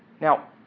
Now